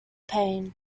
pain